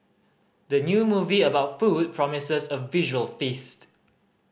the new movie about food promises a visual feast